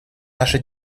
наша